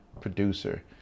producer